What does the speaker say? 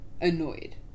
annoyed